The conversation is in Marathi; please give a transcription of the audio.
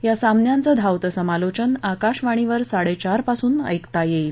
या सामन्यांचे धावत समालोचन आकाशवाणीवर साडेचार पासून ऐकता येईल